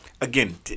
again